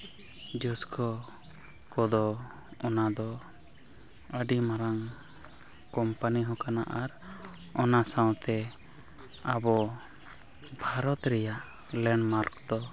ᱡᱚᱥᱠᱚ ᱠᱚᱫᱚ ᱚᱱᱟᱫᱚ ᱟᱹᱰᱤ ᱢᱟᱨᱟᱝ ᱠᱚᱢᱯᱟᱱᱤ ᱦᱚᱸ ᱠᱟᱱᱟ ᱟᱨ ᱚᱱᱟ ᱥᱟᱶᱛᱮ ᱟᱵᱚ ᱵᱷᱟᱨᱚᱛ ᱨᱮᱭᱟᱜ ᱞᱮᱱᱰᱢᱟᱨᱠ ᱫᱚ